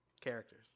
Characters